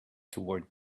toward